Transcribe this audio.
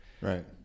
Right